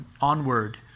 onward